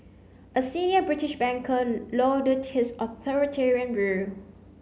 a senior British banker lauded his authoritarian rule